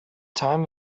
time